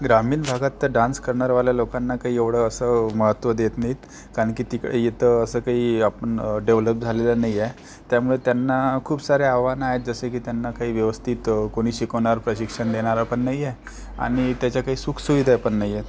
ग्रामीण भागात तर डान्स करणारवाल्या लोकांना काही एवढं असं महत्त्व देत नाहीत कारण की तीक येतं असं काही आपण डेव्हलप झालेलं नाही आहे त्यामुळे त्यांना खूप सारे आव्हानं आहेत जसे की त्यांना काही व्यवस्थित कोणी शिकवणारं प्रशिक्षण देणारं पण नाही आहे आणि त्याच्या काही सुखसुविधा पण नाही आहेत